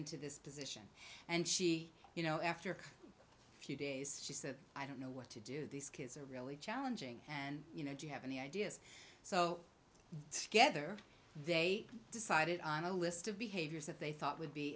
into this position and she you know after a few days she said i don't know what to do these kids are really challenging and you know do you have any ideas so scatter they decided on a list of behaviors that they thought would be